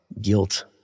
guilt